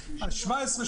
17',